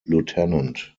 lieutenant